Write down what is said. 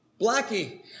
Blackie